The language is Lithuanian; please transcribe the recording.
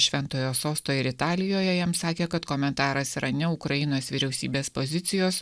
šventojo sosto ir italijoje jam sakė kad komentaras yra ne ukrainos vyriausybės pozicijos